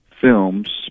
films